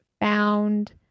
found